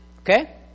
Okay